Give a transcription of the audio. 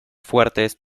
fuertes